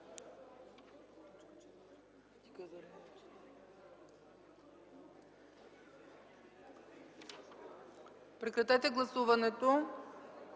Прекратете гласуването,